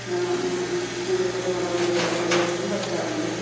മല്ലിപ്പൊടി മുളക് പൊടി അതുപോലെ ഇട്ടിട്ടും വെക്കാറുണ്ട്